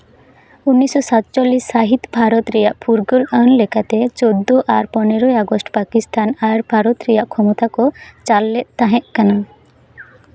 ᱩᱱᱤᱥᱥᱚ ᱥᱟᱛᱪᱚᱞᱞᱤᱥ ᱥᱟᱹᱦᱤᱛ ᱵᱷᱟᱨᱚᱛ ᱨᱮᱭᱟᱜ ᱯᱷᱩᱨᱜᱟᱹᱞ ᱟᱹᱱ ᱞᱮᱠᱟᱛᱮ ᱪᱳᱫᱽᱫᱳ ᱟᱨ ᱯᱚᱱᱨᱚ ᱟᱜᱚᱥᱴ ᱯᱟᱠᱤᱥᱛᱷᱟᱱ ᱟᱨ ᱵᱷᱟᱨᱚᱛ ᱨᱮᱭᱟᱜ ᱠᱷᱚᱢᱚᱛᱟ ᱠᱚ ᱪᱟᱞ ᱞᱮᱫ ᱛᱟᱦᱮᱸᱫ ᱠᱟᱱᱟ